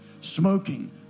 smoking